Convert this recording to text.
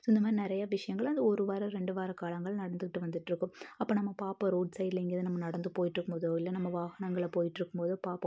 so இந்த மாதிரி நிறையா விஷயங்கள் அந்த ஒரு வாரம் ரெண்டு வார காலங்கள் நடந்துட்டு வந்துட்டிருக்கும் அப்போ நம்ம பார்ப்போம் ரோடு சைடில் எங்கேயாவது நம்ம நடந்து போயிட்டிருக்கும்போதோ இல்லை நம்ம வாகனங்களில் போயிட்டிருக்கும்போதோ பார்ப்போம்